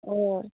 অঁ